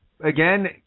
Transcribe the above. again